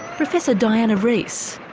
professor diana reiss.